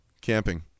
Camping